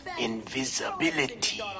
invisibility